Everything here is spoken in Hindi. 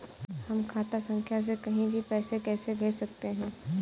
हम खाता संख्या से कहीं भी पैसे कैसे भेज सकते हैं?